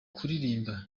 kuririmba